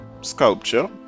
sculpture